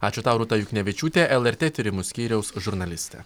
ačiū tau rūta juknevičiūtė lrt tyrimų skyriaus žurnalistė